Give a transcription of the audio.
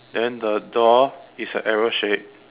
then the door is a arrow shape